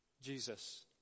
Jesus